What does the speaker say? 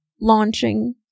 launching